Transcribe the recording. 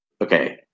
okay